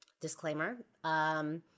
Disclaimer